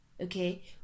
okay